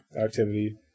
activity